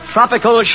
Tropical